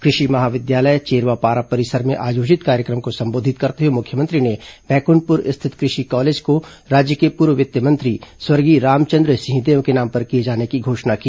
कृषि महाविद्यालय चेरवापारा परिसर में आयोजित कार्यक्रम को संबोधित करते हुए मुख्यमंत्री ने बैंकुठपुर स्थित कृषि कॉलेज को राज्य के पूर्व वित्त मंत्री स्वर्गीय रामचंद्र सिंहदेव के नाम पर किए जाने की घोषणा की